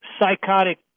psychotic